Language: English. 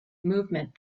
movement